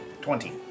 Twenty